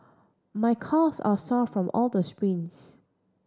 my calves are sore from all the sprints